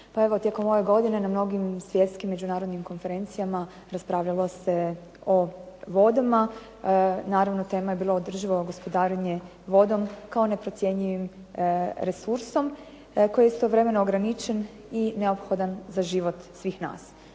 Pa evo tijekom ove godine na mnogim svjetskim međunarodnim konferencijama raspravljalo se o vodama. Naravno tema je bila održivo gospodarenje vodom kao neprocjenjivim resursom koji je istovremeno ograničen i neophodan za život svih nas.